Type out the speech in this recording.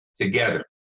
together